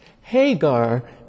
Hagar